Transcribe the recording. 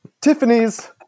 Tiffany's